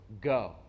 go